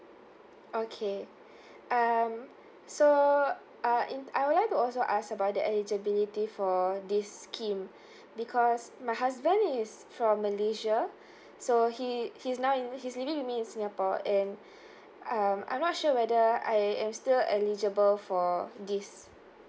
okay um so uh in I would like to also ask about the eligibility for this scheme because my husband is from malaysia so he he's now in he's living with me in singapore and um I'm not sure whether I am still eligible for this